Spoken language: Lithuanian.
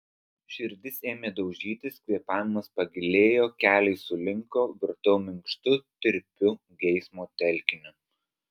širdis ėmė daužytis kvėpavimas pagilėjo keliai sulinko virtau minkštu tirpiu geismo telkiniu